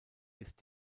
ist